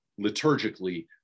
liturgically